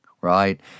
right